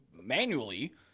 manually